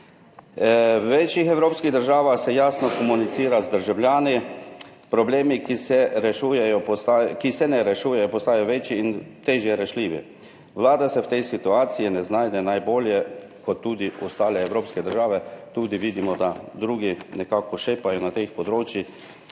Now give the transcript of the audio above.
V večjih evropskih državah se jasno komunicira z državljani. Problemi, ki se ne rešujejo, postajajo večji in težje rešljivi. Vlada se v tej situacijine znajde najbolje, podobno kot tudi ostale evropske države, vidimo, da tudi drugi nekako šepajo na teh področjih.